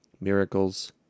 miracles